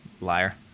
liar